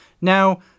Now